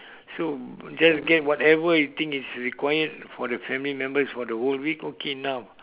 so just get whatever you think is required for the family members for the whole week okay enough